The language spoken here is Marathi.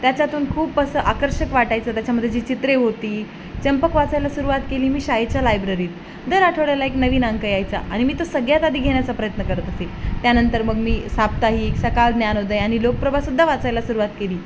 त्याच्यातून खूप असं आकर्षक वाटायचं त्याच्यामध्ये जी चित्रे होती चंपक वाचायला सुरुवात केली मी शाळेच्या लायब्ररीत दर आठवड्याला एक नवीन अंक यायचा आणि मी तो सगळ्यात आधी घेण्याचा प्रयत्न करत असेल त्यानंतर मग मी साप्ताहिक सकाळ ज्ञान उदय आनि लोकप्रभासुद्धा वाचायला सुरुवात केली